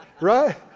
Right